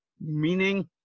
meaning